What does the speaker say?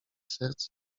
serc